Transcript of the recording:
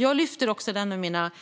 Jag lyfter även upp detta med mina nordiska